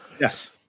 Yes